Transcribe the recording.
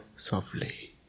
Softly